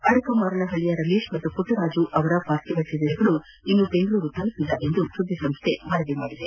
ಅಡಕಮಾರನಹಳ್ಳಿಯ ರಮೇಶ್ ಹಾಗೂ ಪುಟ್ಟರಾಜ್ ಅವರ ಪಾರ್ಥೀವ ಶರೀರಗಳು ಇನ್ನೊ ಬೆಂಗಳೂರು ತೆಲುಪಿಲ್ಲ ಎಂದು ಸುದ್ದಿ ಸಂಸ್ಥೆ ವರದಿ ಮಾದಿದೆ